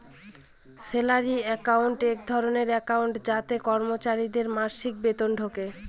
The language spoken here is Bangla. স্যালারি একাউন্ট এক ধরনের একাউন্ট যাতে কর্মচারীদের মাসিক বেতন ঢোকে